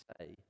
say